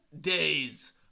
days